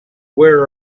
where